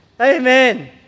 Amen